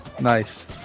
Nice